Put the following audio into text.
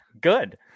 good